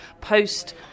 post